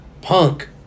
Punk